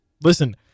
listen